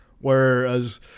Whereas